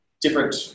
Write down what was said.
different